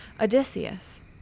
Odysseus